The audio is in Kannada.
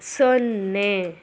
ಸೊನ್ನೆ